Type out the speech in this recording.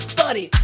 buddy